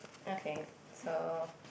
okay so